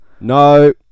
No